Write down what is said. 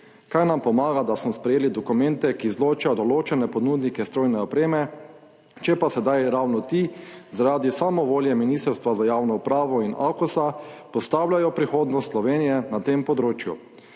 Kaj nam pomaga, da smo sprejeli dokumente, ki izločajo določene ponudnike strojne opreme, če pa sedaj ravno ti zaradi samovolje Ministrstva za javno upravo in AKOS postavljajo prihodnost Slovenije na tem področju.